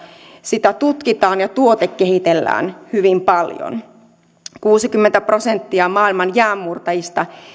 sitä tutkitaan ja tuotekehitellään hyvin paljon kuusikymmentä prosenttia maailman jäänmurtajista